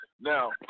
Now